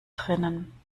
drinnen